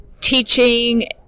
teaching